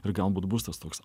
ir galbūt bus tas toks